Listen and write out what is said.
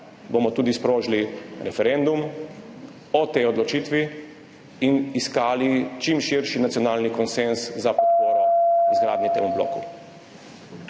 bomo tudi sprožili referendum o tej odločitvi in iskali čim širši nacionalni konsenz za podporo izgradnji temu bloku.